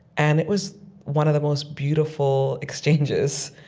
and it was one of the most beautiful exchanges,